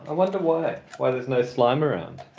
ah wonder why why is no slime around?